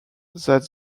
that